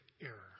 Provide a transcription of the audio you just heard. error